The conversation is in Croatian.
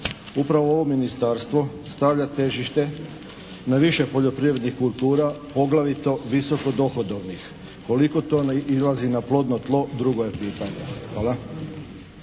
Upravo ovo ministarstvo stavlja težište na više poljoprivrednih kultura poglavito visoko dohodovnih. Koliko to izlazi na plodno tlo drugo je pitanje. Hvala.